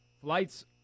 flights